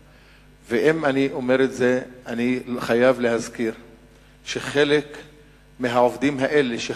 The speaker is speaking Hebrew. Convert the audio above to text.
אני רוצה לברך את העמותות ואת חברי הכנסת שעמדו מאחורי ארגון הכנס היום